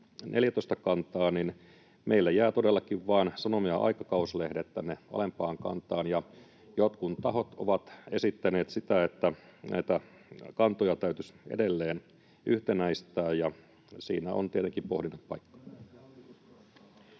14-kantaan, niin meillä todellakin vain sanoma- ja aikakauslehdet jäävät tänne alempaan kantaan, ja jotkut tahot ovat esittäneet, että näitä kantoja täytyisi edelleen yhtenäistää, ja siinä on tietenkin pohdinnan paikka.